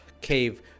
cave